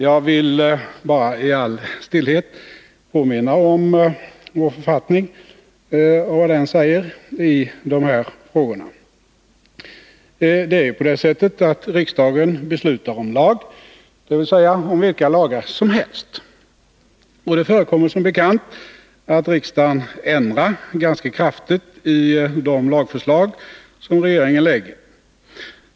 Jag vill bara i all stillhet påminna om vår författning och vad den säger i de här frågorna. Riksdagen beslutar om lag, dvs. om vilka lagar som helst. Och det förekommer som bekant att riksdagen ändrar ganska kraftigt i de lagförslag som regeringen lägger.